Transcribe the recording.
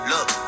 Look